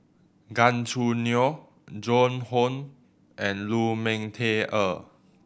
Gan Choo Neo Joan Hon and Lu Ming Teh Earl